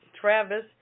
Travis